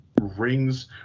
rings